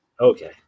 okay